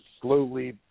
slowly